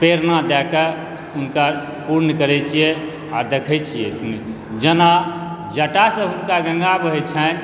प्रेरणा दऽ कऽ हुनका पूर्ण करै छिए आओर देखै छिए जेना जटासँ हुनका गङ्गा बहै छनि